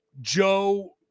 Joe